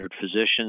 physicians